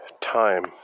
time